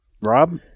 Rob